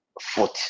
foot